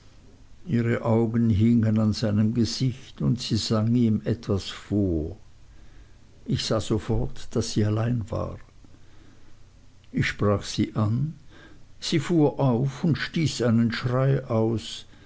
ihre augen hingen an seinem gesicht und sie sang ihm etwas vor ich sah sofort daß sie allein war ich sprach sie an sie fuhr auf und stieß einen schrei aus